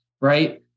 Right